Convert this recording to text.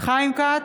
חיים כץ,